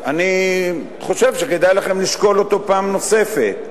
אני חושב שכדאי לכם לשקול אותו פעם נוספת.